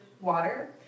water